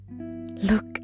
look